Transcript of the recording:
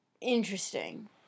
Interesting